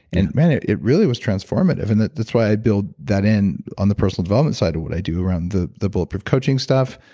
and man, it it really was transformative and that's why i build that in on the personal development side of what i do around the the bulletproof coaching stuff,